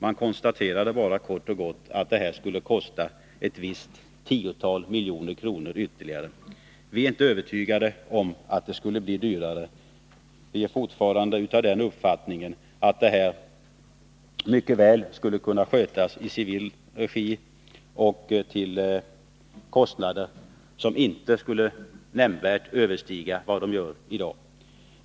Man konstaterade bara kort och gott att en ändrad bemanningsform skulle kosta ett visst antal tiotal miljoner kronor ytterligare. Vi är inte övertygade om att det skulle bli dyrare. Vi är fortfarande av den uppfattningen att denna service mycket väl skulle kunna skötas i civil regi till kostnader som inte nödvändigtvis behöver överstiga de nuvarande.